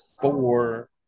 four